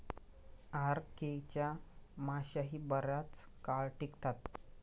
RK च्या माश्याही बराच काळ टिकतात